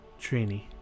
Trini